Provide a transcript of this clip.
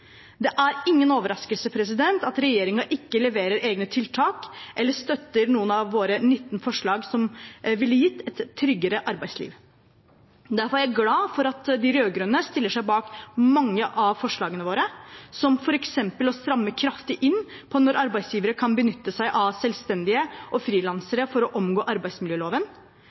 Det er ingen overraskelse at regjeringen ikke leverer egne tiltak eller støtter noen av våre 19 forslag, som ville gitt et tryggere arbeidsliv. Derfor er jeg glad for at de rød-grønne stiller seg bak mange av forslagene våre, som f.eks. å stramme kraftig inn på når arbeidsgivere kan benytte seg av selvstendige og frilansere for å omgå arbeidsmiljøloven.